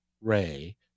Ray